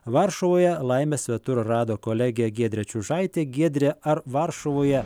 varšuvoje laimę svetur rado kolegė giedrė čiužaitė giedre ar varšuvoje